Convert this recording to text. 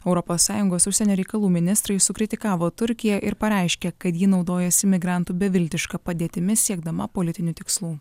europos sąjungos užsienio reikalų ministrai sukritikavo turkiją ir pareiškė kad ji naudojasi migrantų beviltiška padėtimi siekdama politinių tikslų